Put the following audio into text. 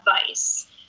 advice